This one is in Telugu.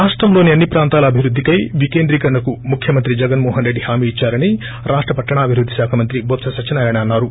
రాష్టంలోని అన్ని ప్రాంతాల అభివృద్దికై వికేంద్రీకరణకు ముఖ్యమంత్రి జగన్ మోహన్ రెడ్లి హామీ ఇచ్చారని రాష్ట పట్టణాభివృద్ధి శాఖ మంత్రి బొత్స సత్యనారాయణ అన్సారు